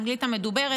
האנגלית המדוברת,